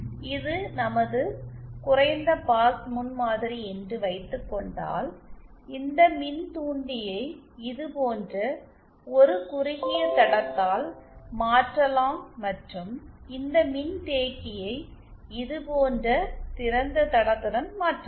இது நமது குறைந்த பாஸ் முன்மாதிரி என்று வைத்துக்கொண்டால் இந்த மின்தூண்டியை இது போன்ற ஒரு குறுகிய தடத்தால் மாற்றலாம் மற்றும் இந்த மின்தேக்கியை இது போன்ற திறந்த தடத்துடன் மாற்றலாம்